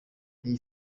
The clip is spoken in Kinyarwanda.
iyi